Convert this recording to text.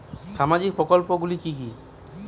সামাজিক প্রকল্প গুলি কি কি?